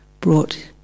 brought